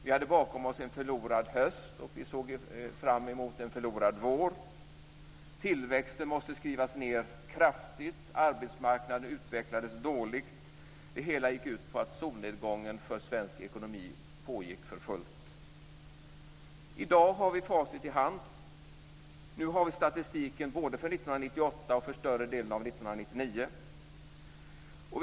Vi hade bakom oss en förlorad höst, och vi såg fram emot en förlorad vår. Tillväxten måste skrivas ned kraftigt. Arbetsmarknaden utvecklades dåligt. Det hela gick ut på att solnedgången för svensk ekonomi pågick för fullt. I dag har vi facit i hand. Nu har vi statistiken både för år 1998 och för större delen av år 1999.